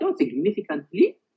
significantly